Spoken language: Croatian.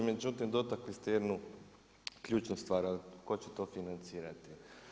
Međutim dotakli ste jednu ključnu stvar ali tko će to financirati.